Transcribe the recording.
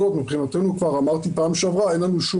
מבחינתנו כבר אמרתי פעם שעברה שאין לנו שום